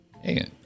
Hey